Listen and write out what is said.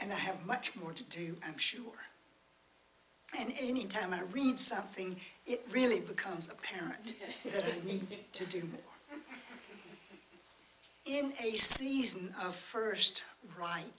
and i have much more to do i'm sure and any time i read something it really becomes apparent need to do in a season first right